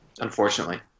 unfortunately